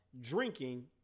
drinking